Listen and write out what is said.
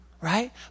right